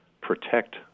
protect